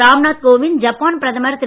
Ramnath Kovind Japan பிரதமர் திரு